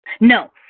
No